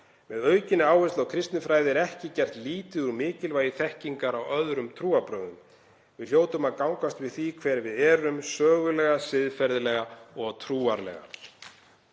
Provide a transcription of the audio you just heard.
Með aukinni áherslu á kristinfræði er ekki gert lítið úr mikilvægi þekkingar á öðrum trúarbrögðum. Við hljótum að gangast við því hver við erum, sögulega, siðferðilega og trúarlega.